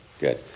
Good